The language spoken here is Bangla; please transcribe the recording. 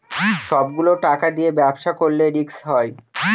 সব গুলো টাকা দিয়ে ব্যবসা করলে রিস্ক হয়